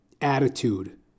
attitude